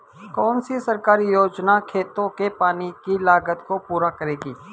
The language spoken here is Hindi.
कौन सी सरकारी योजना खेतों के पानी की लागत को पूरा करेगी?